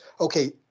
Okay